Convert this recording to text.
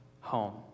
home